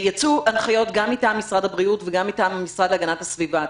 יצאו הנחיות גם מטעם משרד הבריאות וגם מטעם המשרד להגנת הסביבה.